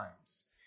times